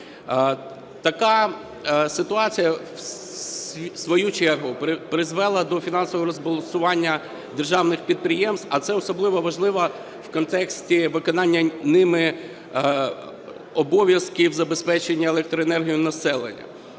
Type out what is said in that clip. Така ситуація в свою чергу призвела до фінансового розбалансування державних підприємств, а це особливо важливо в контексті виконання ними обов'язків забезпечення електроенергією населення.